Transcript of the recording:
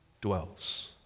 dwells